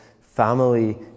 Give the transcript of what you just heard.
family